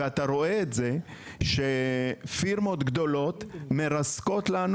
ואתה רואה שפירמות גדולות מרסקות לנו